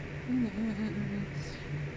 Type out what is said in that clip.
mm mm mm mm mm